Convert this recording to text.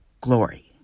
glory